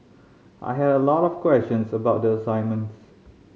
I had a lot of questions about the assignments